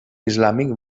islàmic